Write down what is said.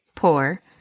poor